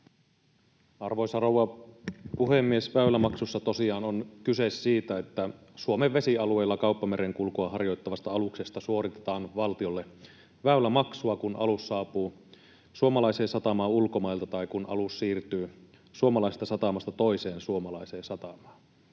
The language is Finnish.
Arvoisa rouva puhemies! Väylämaksussa tosiaan on kyse siitä, että Suomen vesialueilla kauppamerenkulkua harjoittavasta aluksesta suoritetaan valtiolle väylämaksua, kun alus saapuu suomalaiseen satamaan ulkomailta tai kun alus siirtyy suomalaisesta satamasta toiseen suomalaiseen satamaan.